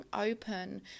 open